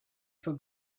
for